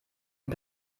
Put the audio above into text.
den